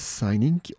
signing